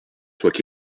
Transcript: soient